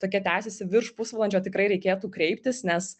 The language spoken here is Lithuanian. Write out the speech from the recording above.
tokia tęsiasi virš pusvalandžio tikrai reikėtų kreiptis nes